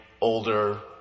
older